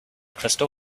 crystal